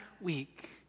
week